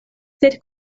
sed